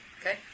Okay